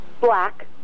Black